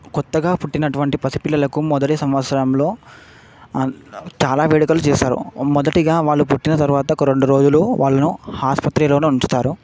కొత్తగా పుట్టినటువంటి పసిపిల్లలకు మొదటి సంవత్సరంలో అన్ చాలా వేడుకలు చేసారు మొదటిగా వాళ్ళు పుట్టిన తర్వాత ఒక రెండు రోజులు వాళ్ళను ఆసుపత్రిలోనే ఉంచుతారు